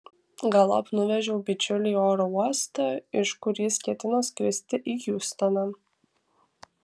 galop nuvežiau bičiulį į oro uostą iš kur jis ketino skristi į hjustoną